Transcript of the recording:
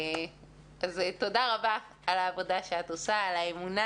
אז תודה רבה על העבודה שאת עושה, על האמונה.